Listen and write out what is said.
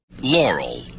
Laurel